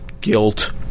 Guilt